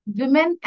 women